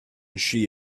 she